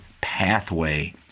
pathway